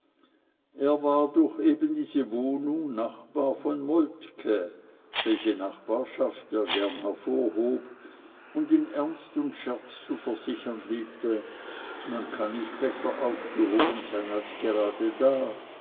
er war durch eben diese wohnung nachbar von moltke welche nachbarschaft er gern hervorhob und in ernst und scherz zu versichern liebte man kann nicht besser aufgehoben sein als gerade da